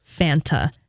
Fanta